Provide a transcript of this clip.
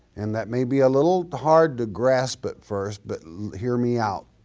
and that may be a little hard to grasp at first but hear me out,